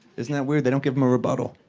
isn't that weird? they don't give em a rebuttal.